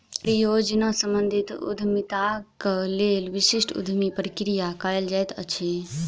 परियोजना सम्बंधित उद्यमिताक लेल विशिष्ट उद्यमी प्रक्रिया कयल जाइत अछि